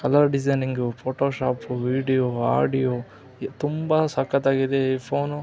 colour designing photo shop video audio ಇ ತುಂಬ ಸಕ್ಕತ್ತಾಗಿದೆ ಈ ಫೋನು